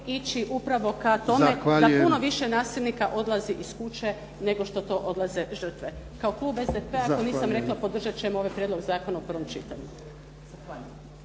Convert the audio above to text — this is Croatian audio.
Gordana (SDP)** Da puno više nasilnika odlazi iz kuće nego što to odlaze žrtve. Kao klub SDP-a, to nisam rekla, podržat ćemo ovaj prijedlog zakona u prvom čitanju.